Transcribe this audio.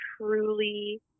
truly